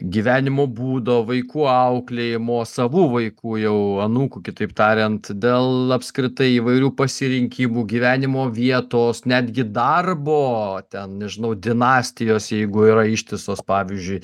gyvenimo būdo vaikų auklėjimo savų vaikų jau anūkų kitaip tariant dėl apskritai įvairių pasirinkimų gyvenimo vietos netgi darbo ten nežinau dinastijos jeigu yra ištisos pavyzdžiui